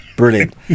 brilliant